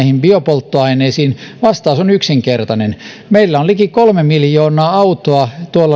biopolttoaineisiin vastaus on yksinkertainen meillä on liki kolme miljoonaa autoa